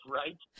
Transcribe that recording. right